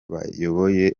bayoboye